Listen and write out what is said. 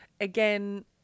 again